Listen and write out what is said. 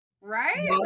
Right